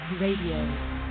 Radio